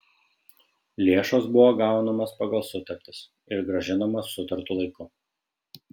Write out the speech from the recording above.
lėšos buvo gaunamos pagal sutartis ir grąžinamos sutartu laiku